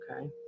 okay